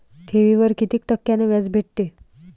ठेवीवर कितीक टक्क्यान व्याज भेटते?